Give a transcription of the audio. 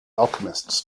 alchemists